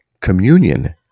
communion